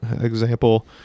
example